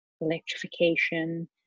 electrification